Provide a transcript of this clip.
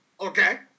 Okay